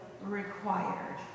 required